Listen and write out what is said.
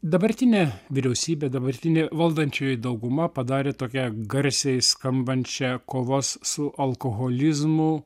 dabartinė vyriausybė dabartinė valdančioji dauguma padarė tokią garsiai skambančią kovos su alkoholizmu